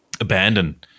abandon